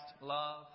love